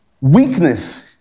Weakness